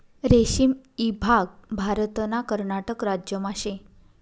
रेशीम ईभाग भारतना कर्नाटक राज्यमा शे